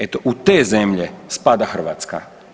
Eto, u te zemlje spada Hrvatska.